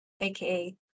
aka